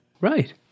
Right